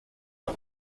los